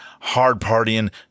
hard-partying